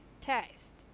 test